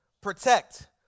protect